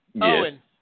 Owen